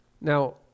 Now